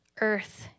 earth